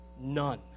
None